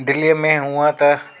दिल्लीअ में हुअं त